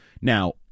Now